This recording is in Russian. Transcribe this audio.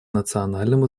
национальному